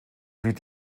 wie